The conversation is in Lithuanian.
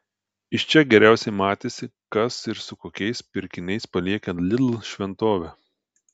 iš čia geriausiai matėsi kas ir su kokiais pirkiniais palieka lidl šventovę